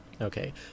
Okay